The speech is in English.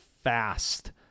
fast